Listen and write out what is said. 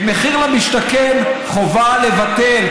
את מחיר למשתכן חובה לבטל,